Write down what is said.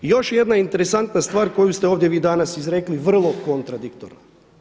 I još je jedna interesantna stvar koju ste ovdje vi danas izrekli vrlo kontradiktorno.